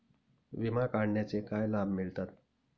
विमा काढण्याचे काय लाभ मिळतात?